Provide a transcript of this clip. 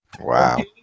Wow